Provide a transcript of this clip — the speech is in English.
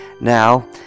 Now